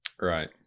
right